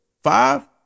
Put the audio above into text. five